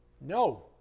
No